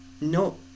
no